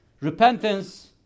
Repentance